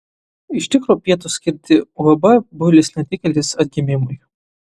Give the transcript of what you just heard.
iš tikro pietūs skirti uab builis netikėlis atgimimui